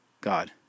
God